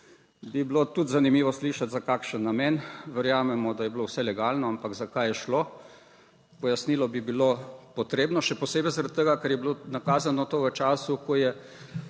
Bi bilo tudi zanimivo slišati za kakšen namen, verjamemo da je bilo vse legalno, ampak za kaj je šlo? Pojasnilo bi bilo potrebno še posebej zaradi tega, ker je bilo nakazano to v času, ko je